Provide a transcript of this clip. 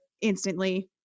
instantly